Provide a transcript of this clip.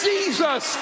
Jesus